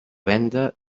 venda